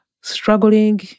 struggling